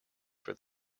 for